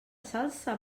salsa